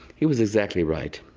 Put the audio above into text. he was exactly right.